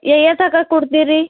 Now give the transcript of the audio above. ಏ ಏಟಾಕ ಕುಡ್ದಿರ ರೀ